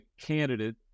candidate